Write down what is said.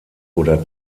oder